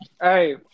Hey